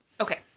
Okay